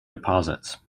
deposits